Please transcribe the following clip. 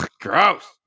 gross